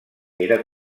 era